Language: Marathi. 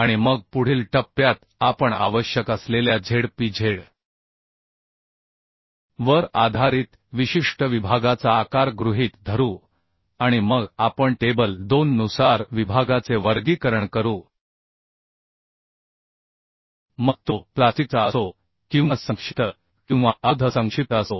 आणि मग पुढील टप्प्यात आपण आवश्यक असलेल्या ZpZ वर आधारित विशिष्ट विभागाचा आकार गृहीत धरू आणि मग आपण टेबल 2 नुसार विभागाचे वर्गीकरण करू मग तो प्लास्टिकचा असो किंवा संक्षिप्त किंवा अर्ध संक्षिप्त असो